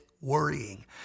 worrying